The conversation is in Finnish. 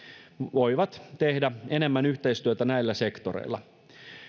voivat tehdä enemmän yhteistyötä näillä sektoreilla